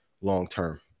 long-term